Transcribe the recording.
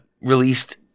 released